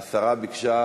השרה ביקשה,